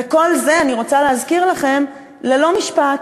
וכל זה, אני רוצה להזכיר לכם, ללא משפט,